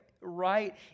right